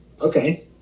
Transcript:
Okay